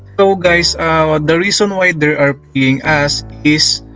so guys, ah ah the reason why they are paying us is